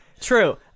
true